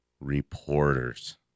reporters